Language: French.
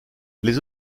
les